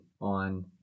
on